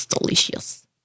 delicious